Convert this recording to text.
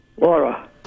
Laura